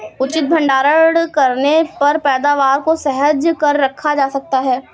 उचित भंडारण करने पर पैदावार को सहेज कर रखा जा सकता है